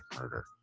murder